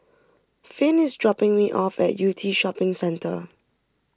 Finn is dropping me off at Yew Tee Shopping Centre